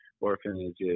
orphanages